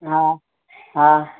हा हा